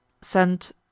send